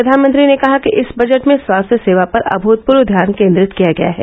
प्रधानमंत्री ने कहा कि इस बजट में स्वास्थ्य सेवा पर अभूतपूर्व ध्यान केन्द्रित किया गया है